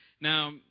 Now